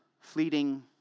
fleeting